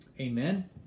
Amen